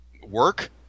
work